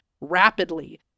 rapidly